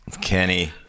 Kenny